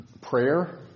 prayer